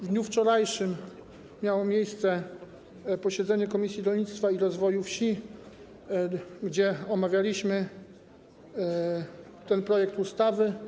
W dniu wczorajszym miało miejsce posiedzenie Komisji Rolnictwa i Rozwoju Wsi, na którym omawialiśmy ten projekt ustawy.